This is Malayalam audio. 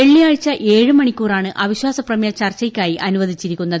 വെള്ളിയാഴ്ച ഏഴ് മണിക്കൂറാണ് അപ്പിശ്ചാ്സ പ്രമേയ ചർച്ചയ്ക്കായി അനുവദിച്ചിരിക്കുന്നത്